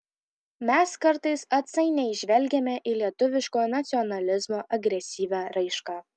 mes kartais atsainiai žvelgiame į lietuviškojo nacionalizmo agresyvią raišką